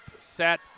Set